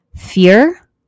fear